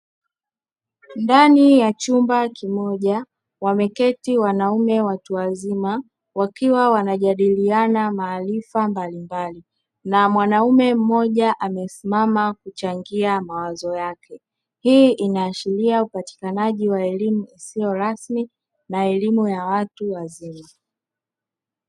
Ndani ya chumba kimoja wameketi wanaume watu wazima wakiwa wanajadiliana maarifa mbalimbali na mwanaume mmoja amesimama kuchangia mawazo yake. Hii inaashiria upatikanaji wa elimu isiyo rasmi na elimu ya watu wazima.